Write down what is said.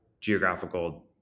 geographical